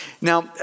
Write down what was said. Now